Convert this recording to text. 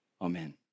Amen